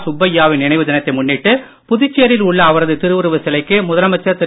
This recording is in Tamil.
சுப்பையாவின் நினைவு தினத்தை முன்னிட்டு புதுச்சேரியில் உள்ள அவரது திருவுருவச் சிலைக்கு முதலமைச்சர் திரு